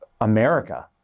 America